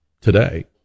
today